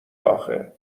آخه